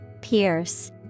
Pierce